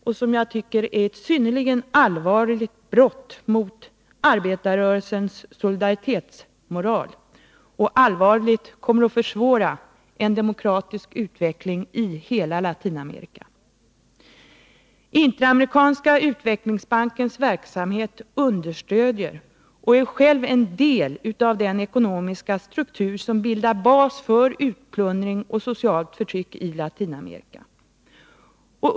Den innebär, tycker jag, ett synnerligen allvarligt brott mot arbetarrörelsens solidaritetsmoral och kommer allvarligt att försvåra en demokratisk utveckling i hela Latinamerika. Interamerikanska utvecklingsbankens verksamhet understödjer och är själv en del av den ekonomiska struktur som bildar bas för utplundring och socialt förtryck i Latinamerika.